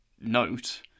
note